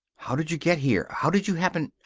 how did you get here? how did you happen?